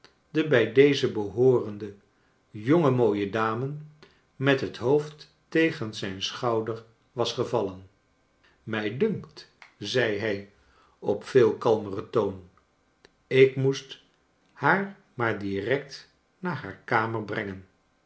de bij dezen behoorende jonge mooie dame met het hoofd tegen zijn schouder was gevallen mij dunkt zei hij op veel kalmeren toon ik moest haar maar direct naar haar kamer brengen